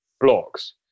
blocks